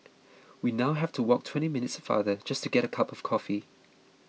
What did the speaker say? we now have to walk twenty minutes farther just to get a cup of coffee